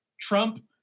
Trump